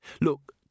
Look